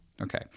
Okay